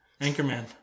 Anchorman